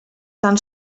tan